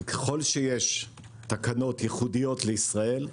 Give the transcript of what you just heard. ככל שיש תקנות ייחודיות לישראל,